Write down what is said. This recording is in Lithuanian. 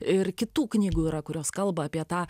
ir kitų knygų yra kurios kalba apie tą